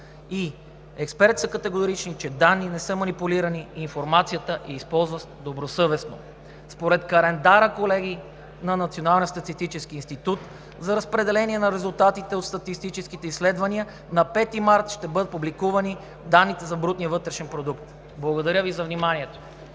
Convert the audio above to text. И експертите са категорични, че данни не са манипулирани, а информацията е използвана добросъвестно. Според календара, колеги, на Националния статистически институт за разпределение на резултатите от статистическите изследвания на 5 март ще бъдат публикувани данните за брутния вътрешен продукт. Благодаря Ви за вниманието.